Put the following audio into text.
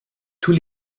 tous